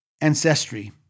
ancestry